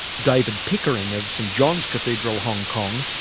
david pickering of st john's cathedral hong kong,